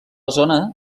zona